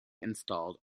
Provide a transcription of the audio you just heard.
installed